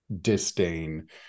disdain